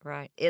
Right